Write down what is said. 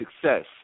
success